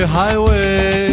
highway